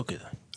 לא יודע.